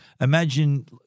Imagine